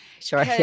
Sure